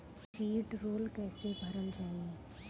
वीडरौल कैसे भरल जाइ?